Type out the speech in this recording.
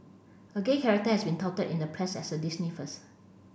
a gay character has been touted in the press as a Disney first